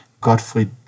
Gottfried